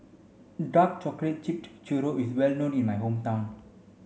dark chocolate tripped churro is well known in my hometown